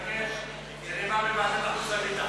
אני מבקש, זה נאמר בוועדת החוץ והביטחון.